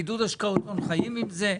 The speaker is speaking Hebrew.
בעידוד השקעות הון חיים עם זה,